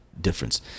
difference